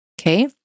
Okay